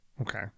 okay